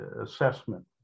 assessment